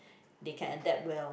they can adapt well